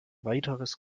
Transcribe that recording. weiteres